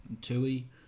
Tui